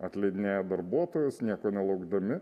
atleidinėja darbuotojus nieko nelaukdami